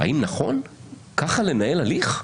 האם נכון כך לנהל הליך?